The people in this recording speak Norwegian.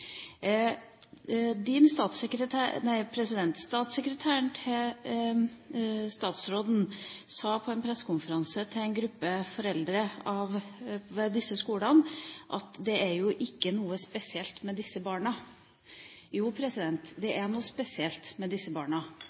Statssekretæren til statsråden sa på en pressekonferanse til en gruppe foreldre ved disse skolene at det ikke er noe spesielt ved disse barna. Jo, det er noe spesielt med disse barna.